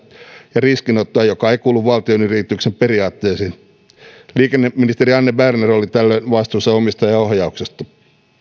ja riskinottoa joka ei kuulu valtionyrityksen periaatteisiin liikenneministeri anne berner oli tällöin vastuussa omistajaohjauksesta